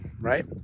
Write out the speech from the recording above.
right